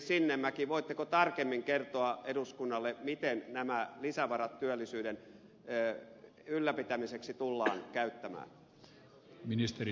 voitteko tarkemmin kertoa eduskunnalle miten nämä lisävarat työllisyyden ylläpitämiseksi tullaan käyttämään